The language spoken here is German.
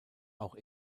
auch